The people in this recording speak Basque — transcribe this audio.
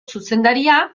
zuzendaria